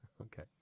Okay